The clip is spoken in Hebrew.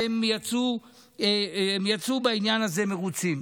והם יצאו בעניין הזה מרוצים.